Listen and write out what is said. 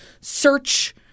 search